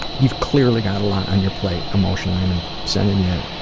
you've clearly got a lot on your plate emotionally and i'm sending you